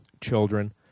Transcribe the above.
children